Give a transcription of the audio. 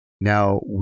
Now